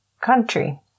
country